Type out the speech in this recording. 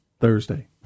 thursday